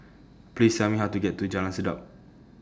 Please Tell Me How to get to Jalan Sedap